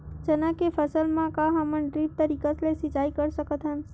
चना के फसल म का हमन ड्रिप तरीका ले सिचाई कर सकत हन?